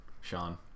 Sean